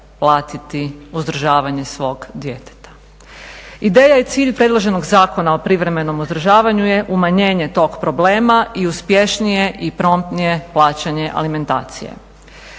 platiti uzdržavanje svog djeteta. Ideja i cilj predloženog Zakona o privremenom uzdržavanju je umanjenje tog problema i uspješnije i promptnije plaćanje alimentacije.